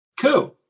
coup